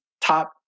top